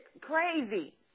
crazy